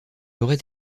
aurait